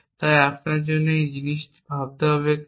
তাই আপনার জন্য একটি জিনিস ভাবতে হবে কেন